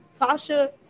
Tasha